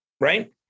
right